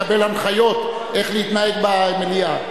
מקבל הנחיות איך להתנהג במליאה.